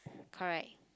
correct